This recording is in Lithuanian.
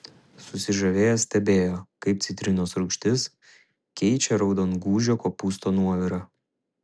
susižavėję stebėjo kaip citrinos rūgštis keičia raudongūžio kopūsto nuovirą